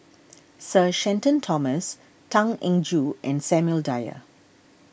Sir Shenton Thomas Tan Eng Joo and Samuel Dyer